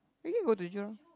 we can go to Jurong